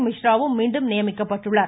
மிஸ்ராவும் மீண்டும் நியமிக்கப்பட்டுள்ளார்